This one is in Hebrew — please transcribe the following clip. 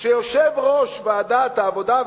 שיושב-ראש ועדת העבודה,